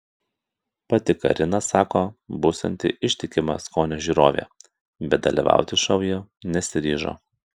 pati karina sako būsianti ištikima skonio žiūrovė bet dalyvauti šou ji nesiryžo